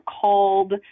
called